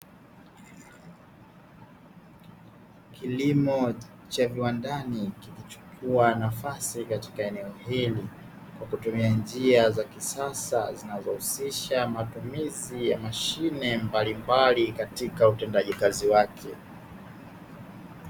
Kilimo cha viwandani kilichochukua nafasi katika eneo hili kwa kutumia njia za kisasa zinazohusisha matumizi ya mashine mbalimbali katika utendaji kazi wake.